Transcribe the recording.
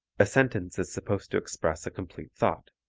a sentence is supposed to express a complete thought.